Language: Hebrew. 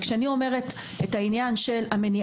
כשאני אומרת מי עושה מה בעניין הנשירה,